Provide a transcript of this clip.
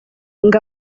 ngo